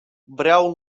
vreau